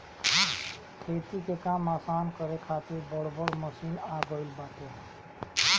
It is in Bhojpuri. खेती के काम आसान करे खातिर बड़ बड़ मशीन आ गईल बाटे